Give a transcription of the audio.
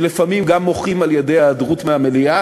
שלפעמים גם מוחים על-ידי היעדרות מהמליאה,